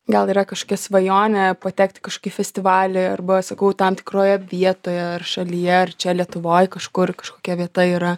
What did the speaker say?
gal yra kažkokia svajonė patekt į kažkokį festivaly arba sakau tam tikroje vietoj ar šalyje ar čia lietuvoj kažkur kažkokia vieta yra